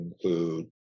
include